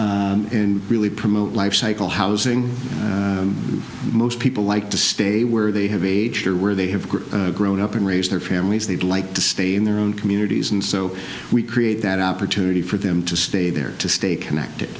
housing and really promote life cycle housing most people like to stay where they have aged or where they have grown up and raise their families they'd like to stay in their own communities and so we create that opportunity for them to stay there to stay connected